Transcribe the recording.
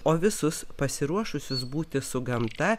o visus pasiruošusius būti su gamta